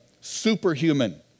superhuman